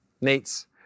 Nate's